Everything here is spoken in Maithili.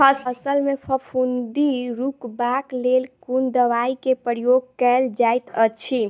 फसल मे फफूंदी रुकबाक लेल कुन दवाई केँ प्रयोग कैल जाइत अछि?